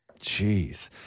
Jeez